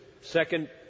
second